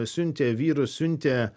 siuntė vyrus siuntė